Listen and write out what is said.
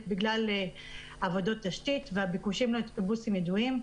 בגלל עבודות תשתית והביקושים לאוטובוסים ידועים.